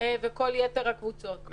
וכל יתר הקבוצות.